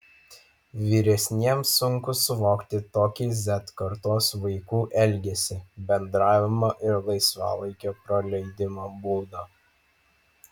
vyresniesiems sunku suvokti tokį z kartos vaikų elgesį bendravimo ir laisvalaikio praleidimo būdą